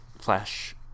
Flash